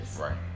Right